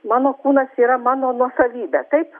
mano kūnas yra mano nuosavybė taip